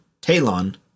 Talon